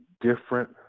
different